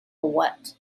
what